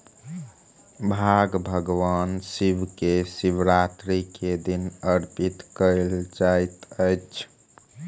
भांग भगवान शिव के शिवरात्रि के दिन अर्पित कयल जाइत अछि